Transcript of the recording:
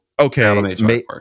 okay